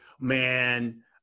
man